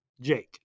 Jake